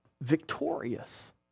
victorious